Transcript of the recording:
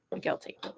guilty